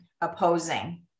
opposing